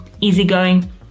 easygoing